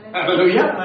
Hallelujah